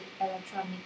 electronic